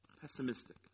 pessimistic